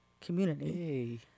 community